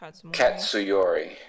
Katsuyori